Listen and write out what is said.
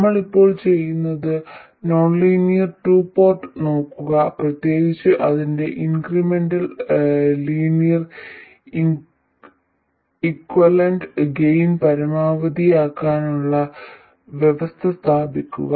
നമ്മൾ ഇപ്പോൾ ചെയ്യുന്നത് നോൺ ലീനിയർ ടു പോർട്ട് നോക്കുക പ്രത്യേകിച്ച് അതിന്റെ ഇൻക്രിമെന്റൽ ലീനിയർ ഇക്വലന്റ് ഗെയിൻ പരമാവധിയാക്കുന്നതിനുള്ള വ്യവസ്ഥ സ്ഥാപിക്കുക